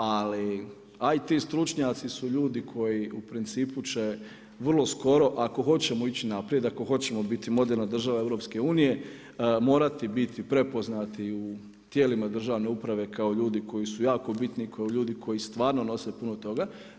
Ali, IT stručnjaci su ljudi koji u principu će vrlo skoro ako hoćemo ići naprijed, ako hoćemo biti moderna država EU, morati biti prepoznati u tijelima državne uprave, kao ljudi koji su jako bitni, kao ljudi koji stvarno nose puno toga.